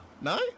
No